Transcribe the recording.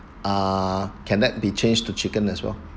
ah can that be changed to chicken as well